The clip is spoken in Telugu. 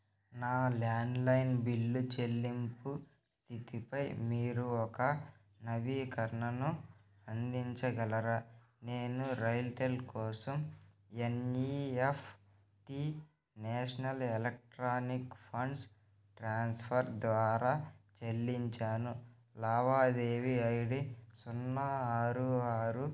నా ల్యాండ్లైన్ బిల్లు చెల్లింపు స్థితిపై మీరు ఒక నవీకరణను అందించగలరా నేను రైల్టెల్ కోసం N E F T national electronic funds transfer ద్వారా చెల్లించాను లావాదేవీ ఐ డీ సున్నా ఆరు ఆరు